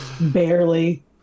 Barely